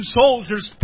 soldiers